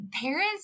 parents